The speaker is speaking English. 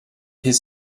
his